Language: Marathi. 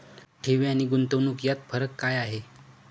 ठेवी आणि गुंतवणूक यात फरक काय आहे?